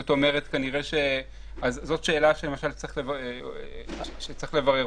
זאת שאלה שצריך לברר.